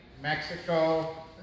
Mexico